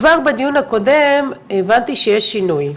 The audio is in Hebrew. כבר בדיון הקודם הבנתי שיש שינוי,